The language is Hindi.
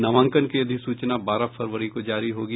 नामांकन की अधिसूचना बारह फरवरी को जारी होगी